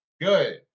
good